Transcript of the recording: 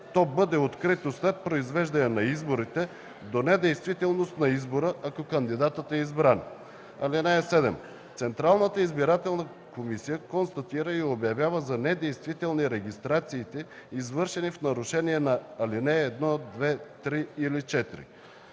то бъде открито след произвеждането на изборите - до недействителност на избора, ако кандидатът е избран. (7) Централната избирателна комисия констатира и обявява за недействителни регистрациите, извършени в нарушение на ал. 1, 2, 3 или 4.